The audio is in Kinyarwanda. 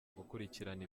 gukurikirana